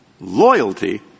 loyalty